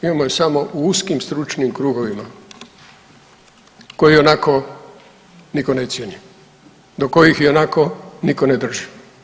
Imamo je samo u uskim stručnim krugovima koje ionako nitko ne cijeni, do kojih ionako nitko ne drži.